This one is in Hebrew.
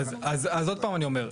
אז עוד פעם אני אומר,